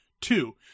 Two